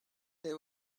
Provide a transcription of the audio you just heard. they